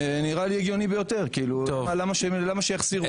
זה נראה לי הגיוני ביותר, למה שיחסירו אותם.